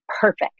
perfect